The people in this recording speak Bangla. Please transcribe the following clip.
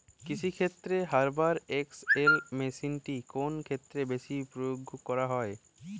কৃষিক্ষেত্রে হুভার এক্স.এল মেশিনটি কোন ক্ষেত্রে বেশি প্রয়োগ করা হয়?